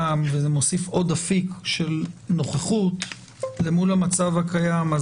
ומוסיף עוד אפיק נוכחות למול המצב הקיים,